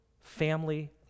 family